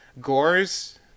gore's